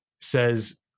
says